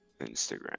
Instagram